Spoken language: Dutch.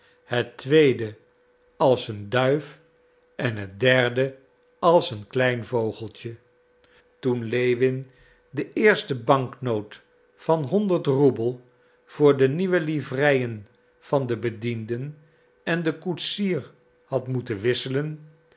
het tweede als een duif en het derde als een klein vogeltje toen lewin de eerste banknoot van honderd roebel voor de nieuwe livreien van den bediende en den koetsier had moeten wisselen